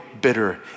bitter